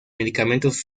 medicamentos